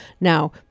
Now